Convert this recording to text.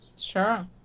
Sure